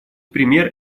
пример